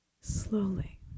slowly